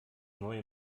neue